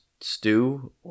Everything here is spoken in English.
stew